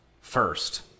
first